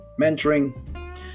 mentoring